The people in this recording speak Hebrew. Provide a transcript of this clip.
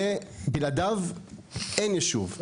זה בלעדיו אין ישוב.